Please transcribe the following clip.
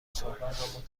صحبت